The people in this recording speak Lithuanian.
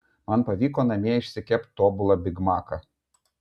man pavyko namie išsikept tobulą bigmaką